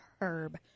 Herb